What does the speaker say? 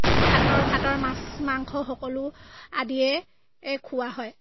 ভাতৰ ভাতৰ মাছ মাংস সকলো আদিয়ে খোৱা হয়